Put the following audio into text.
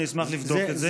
אני אשמח לבדוק את זה.